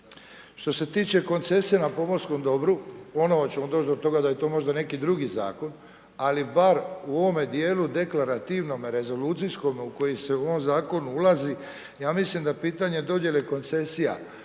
Što se tiče koncesije na pomorskom dobru, ponovno ćemo doći do toga da je to možda neki drugi zakon, ali bar u ovom djelu deklarativnome rezolucijskome u koji se u ovaj zakon ulazi, ja mislim da pitanje dodjele koncesija